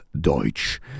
Deutsch